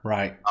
Right